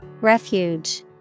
Refuge